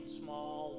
small